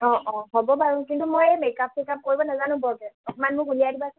অঁ অঁ হ'ব বাৰু কিন্তু মই এই মেক আপ চেক আপ কৰিব নাজানো বৰকৈ অকণমান মোকো উলিয়াই দিবাচোন